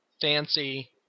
fancy